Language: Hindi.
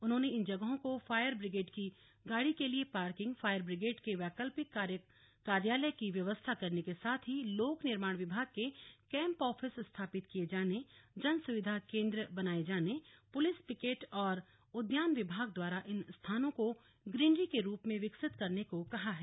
उन्होंने इन जगहों को फायर ब्रिगेड़ की गाड़ी के लिए पार्किंग फायर ब्रिगेड के वैकल्पिक कार्यालय की व्यवस्था करने के साथ ही लोक निर्माण विभाग के कैम्प ऑफिस स्थापित किये जाने जन सुविधा केन्द्र बनाये जाने पुलिस पिकेट और उद्यान विभाग द्वारा इन स्थानों को ग्रीनरी के रूप में विकसित करने को कहा है